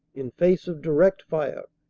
in face of direct fire,